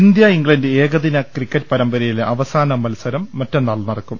India England ഏകദിന പരമ്പരയിലെ അവസാന മത്സരം മറ്റന്നാൾ നടക്കും